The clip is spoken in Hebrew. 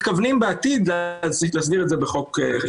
מתכוונים לפגוע במצב הקיים ואנחנו מתכוונים להסגיר את זה בחוק בעתיד.